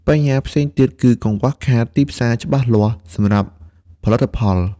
បញ្ហាផ្សេងទៀតគឺកង្វះខាតទីផ្សារច្បាស់លាស់សម្រាប់ផលិតផល។